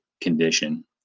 condition